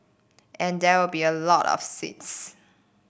and there will be a lot of seeds